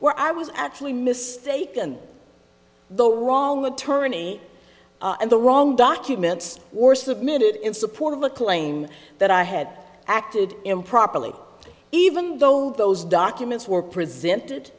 where i was actually mistaken the wrong attorney and the wrong documents or submitted in support of a claim that i had acted improperly even though those documents were presented